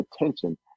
attention